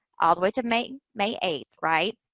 all the way to may may eighth. right?